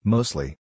Mostly